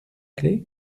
clef